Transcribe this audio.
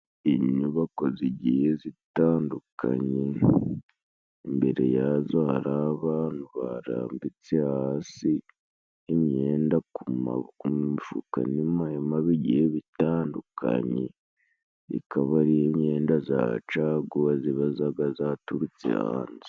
Inyubako zigiye zitandukanye, imbere yazo ha abantu barambitse hasi imyenda ku ma ku mufuka, nyuma mabi igihe bitandukanye ikaba ari imyenda za caguwa, zibazaga zaturutse hanze.